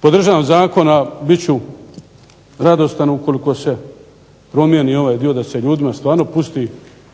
Podržavam zakon, a bit ću radostan ukoliko se promijeni ovaj dio da se ljudima stvarno pusti